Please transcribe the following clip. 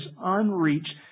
unreached